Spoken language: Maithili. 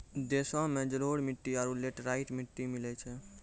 देशो मे जलोढ़ मट्टी आरु लेटेराइट मट्टी मिलै छै